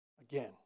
again